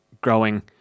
growing